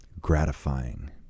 gratifying